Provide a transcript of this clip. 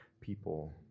people